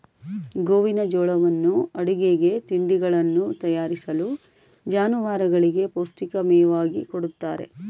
ಗೋವಿನಜೋಳವನ್ನು ಅಡುಗೆಗೆ, ತಿಂಡಿಗಳನ್ನು ತಯಾರಿಸಲು, ಜಾನುವಾರುಗಳಿಗೆ ಪೌಷ್ಟಿಕ ಮೇವಾಗಿ ಕೊಡುತ್ತಾರೆ